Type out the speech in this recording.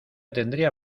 tendría